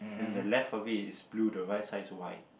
and the left of it is blue the right side is white